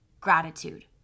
gratitude